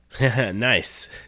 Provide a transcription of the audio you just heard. Nice